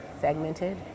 segmented